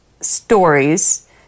stories